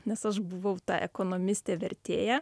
nes aš buvau ta ekonomistė vertėja